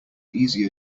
easier